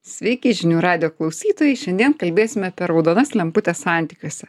sveiki žinių radijo klausytojai šiandien kalbėsime apie raudonas lemputes santykiuose